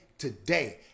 today